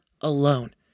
alone